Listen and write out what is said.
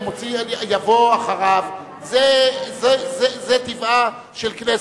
הוא מוציא, יבוא אחריו, זה טבעה של הכנסת,